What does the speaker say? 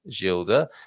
Gilda